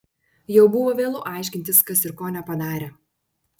jau buvo vėlu aiškintis kas ir ko nepadarė